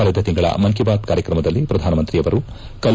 ಕಳೆದ ತಿಂಗಳ ಮನ್ ಕಿ ಬಾತ್ ಕಾರ್ಯಕ್ರಮದಲ್ಲಿ ಪ್ರಧಾನಮಂತ್ರಿಯವರು ಕಲೆ